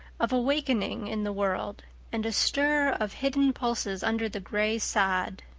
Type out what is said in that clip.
of a wakening in the world and a stir of hidden pulses under the gray sod.